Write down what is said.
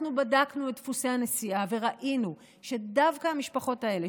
אנחנו בדקנו את דפוסי הנסיעה וראינו שדווקא למשפחות האלה,